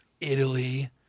Italy